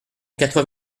quatre